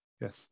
Yes